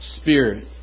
Spirit